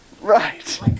Right